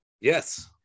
Yes